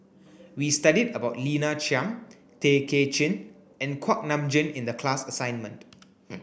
we studied about Lina Chiam Tay Kay Chin and Kuak Nam Jin in the class assignment